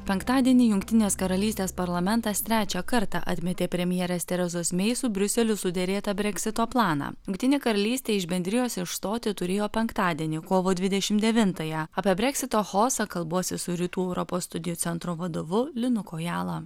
penktadienį jungtinės karalystės parlamentas trečią kartą atmetė premjerės terezos mei su briuseliu suderėtą breksito planą jungtinė karalystė iš bendrijos išstoti turėjo penktadienį kovo dvidešimt devintąją apie breksito chaosą kalbuosi su rytų europos studijų centro vadovu linu kojala